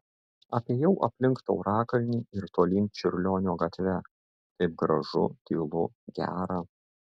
apėjau aplink taurakalnį ir tolyn čiurlionio gatve taip gražu tylu gera